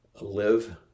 live